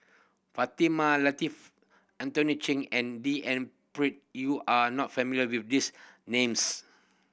Fatimah Lateef Anthony Chen and D N Pritt you are not familiar with these names